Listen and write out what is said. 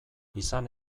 izan